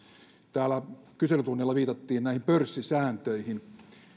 täällä kyselytunnilla viitattiin näihin pörssisääntöihin